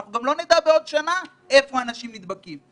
אנחנו לא נדע גם בעוד שנה איפה אנשים נדבקים.